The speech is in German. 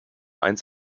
eins